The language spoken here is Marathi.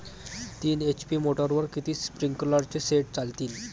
तीन एच.पी मोटरवर किती स्प्रिंकलरचे सेट चालतीन?